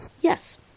Yes